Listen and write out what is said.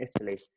italy